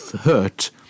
hurt